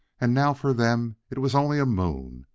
and now for them it was only a moon,